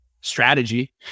strategy